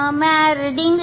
मुझे रीडिंग लेनी चाहिए